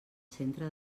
centre